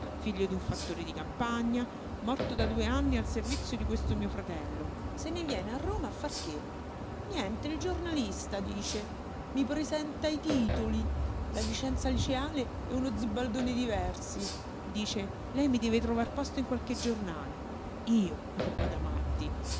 figlio d'un fattore di campagna morto da due anni al servizio di questo mio fratello se ne viene a roma a far che niente il giornalista dice i presenta i titoli la licenza liceale e uno zibaldone di versi dice lei mi deve trovar posto in qualche giornale io roba da matti